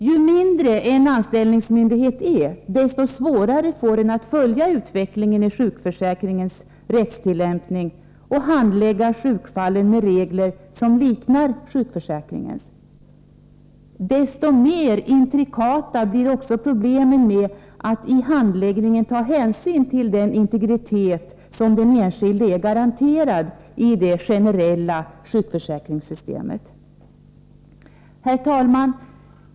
Ju mindre en anställningsmyndighet är desto svårare får den att följa utvecklingen i sjukförsäkringens rättstillämpning och att handlägga sjukfallen med regler som liknar sjukförsäkringens. Desto mer intrikata blir också problemen med att i handläggningen ta hänsyn till den integritet som den enskilde är garanterad i det generella sjukförsäkringssystemet. Herr talman!